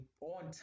on